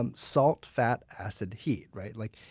um salt, fat, acid, heat, right? like